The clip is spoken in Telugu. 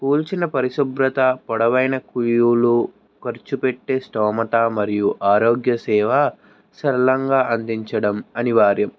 కూల్చిన పరిశుభ్రత పొడవైన కుయూలు ఖర్చు పెట్టే స్తోమత మరియు ఆరోగ్య సేవ సల్లంగా అందించడం అనివార్యం